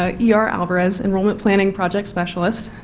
ah e r. alverez enrollment planning project specialist.